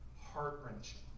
heart-wrenching